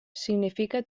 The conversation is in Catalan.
significa